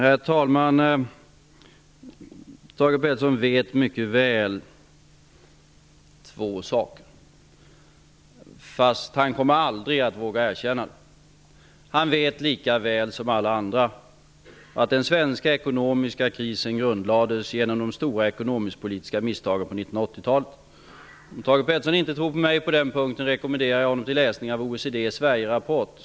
Herr talman! Thage Peterson vet mycket väl två saker. Fast han kommer aldrig att våga erkänna det. Han vet lika väl som alla andra att den svenska ekonomiska krisen grundlades genom de stora ekonomisk-politiska misstagen under 1980-talet. Om Thage Peterson inte tror mig på den punkten rekommenderar jag honom att läsa OECD:s Sverigerapport.